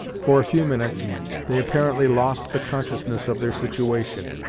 for a few minutes they apparently lost the consciousness of their situation,